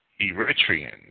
Eritreans